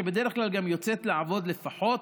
שבדרך כלל גם יוצאת לעבוד לפחות